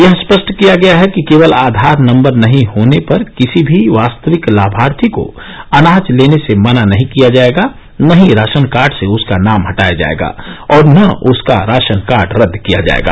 यह स्पष्ट किया गया है कि केवल आधार नम्बर नहीं होने पर किसी भी वास्तविक लाभार्थी को अनाज लेने से मना नहीं किया जाएगा न ही राशन कार्ड से उसका नाम हटाया जाएगा और न उसका राशन कार्ड रद्द किया जाएगा